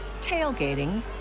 tailgating